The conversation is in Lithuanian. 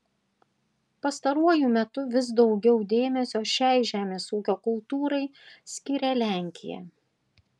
pastaruoju metu vis daugiau dėmesio šiai žemės ūkio kultūrai skiria lenkija